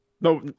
No